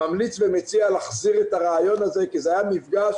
ממליץ ומציע להחזיר את הרעיון הזה כי זה היה מפגש